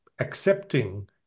accepting